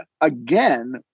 again